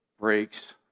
breaks